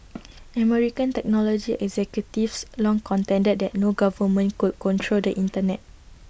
American technology executives long contended that no government could control the Internet